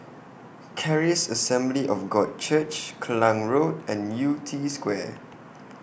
Charis Assembly of God Church Klang Road and Yew Tee Square